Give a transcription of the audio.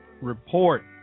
report